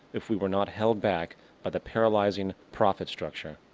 if we were not held back by the paralyzing profit structure.